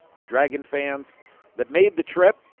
dragon fans that made the trip,